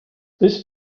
this